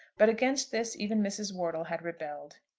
but against this even mrs wortle had rebelled.